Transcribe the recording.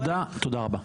תודה רבה.